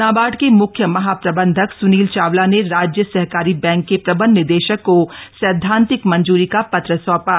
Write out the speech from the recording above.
नाबार्ड के मुख्य महाप्रबंधक सुनील चावला ने राज्य सहकारी बैंक के प्रबंध निदेशक को सैद्धांतिक मंजूरी का पत्र सौंपा